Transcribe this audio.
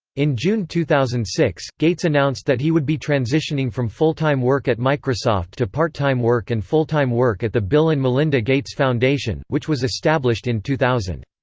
in june two thousand and six, gates announced that he would be transitioning from full-time work at microsoft to part-time work and full-time work at the bill and melinda gates foundation, which was established in two thousand.